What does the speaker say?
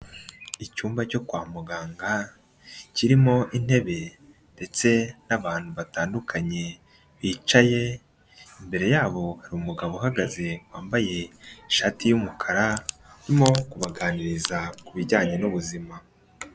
Icyumba cyo kwa muganga kirimo intebe ndetse n'abantu batandukanye bicaye, imbere yabo hari umugabo uhagaze wambaye ishati y'umukara, urimo kubaganiriza ku bijyanye n'ubuzima.